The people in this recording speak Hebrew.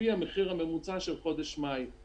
לפי המחיר הממוצע של חודש מאי.